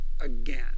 again